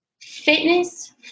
fitness